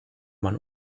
man